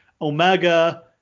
Omega